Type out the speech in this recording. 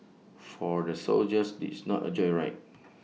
for the soldiers this is not A joyride